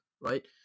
right